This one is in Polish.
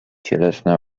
cielesny